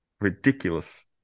ridiculous